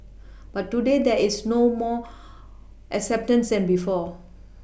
but today there is more acceptance than before